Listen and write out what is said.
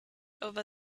over